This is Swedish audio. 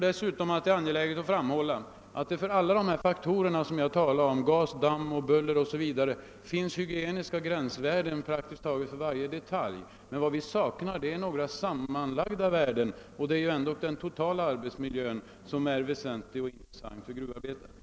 Det är angeläget att framhålla att det för alla dessa faktorer som jag har talat om — gas, damm, buller 0. s. v. — finns hygieniska gränsvärden för praktiskt taget varje detalj. Men vad vi saknar är sammanlagda värden, och det är ändå den totala arbetsmiljön som är väsentlig för gruvarbetarna.